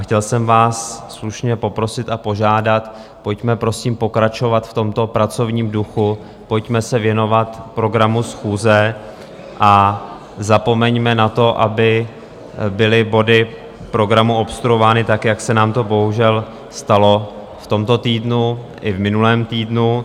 Chtěl jsem vás slušně poprosit a požádat, pojďme prosím pokračovat v tomto pracovním duchu, pojďme se věnovat programu schůze a zapomeňme na to, aby byly body v programu obstruovány tak, jak se nám to bohužel stalo v tomto i minulém týdnu.